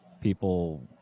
people